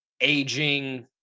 aging